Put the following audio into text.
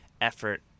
effort